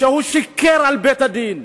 ששיקר לבית-הדין.